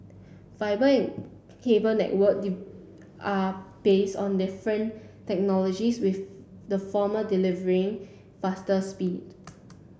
fibre and cable network are base on different technologies with the former delivering faster speed